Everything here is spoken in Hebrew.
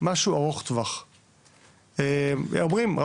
משהו ארוך טווח או איך אומרים?